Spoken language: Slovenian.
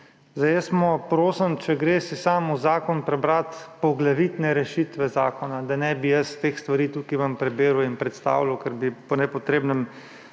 Jaz prosim, da si gre sam v zakon prebrat poglavitne rešitve zakona, da ne bi jaz teh stvari tukaj ven prebiral in predstavljal, ker bi po nepotrebnem